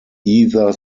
either